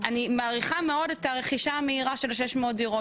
אני מעריכה מאוד את הרכישה המהירה של ה-600 דירות,